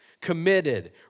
committed